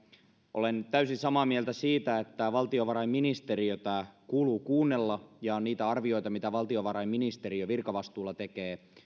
olen täysin samaa mieltä siitä että valtiovarainministeriötä kuuluu kuunnella ja niitä arvioita mitä valtiovarainministeriö virkavastuulla tekee mitä he antavatkin